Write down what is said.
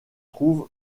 trouve